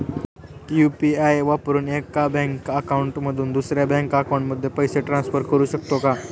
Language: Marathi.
यु.पी.आय वापरून एका बँक अकाउंट मधून दुसऱ्या बँक अकाउंटमध्ये पैसे ट्रान्सफर करू शकतो का?